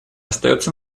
остается